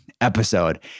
episode